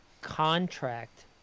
contract